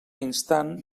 instant